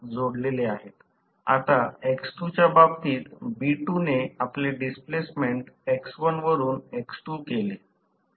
आता च्या बाबतीत B2 ने आपले डिस्प्लेसमेंट x1 वरून x2 केले